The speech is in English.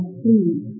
please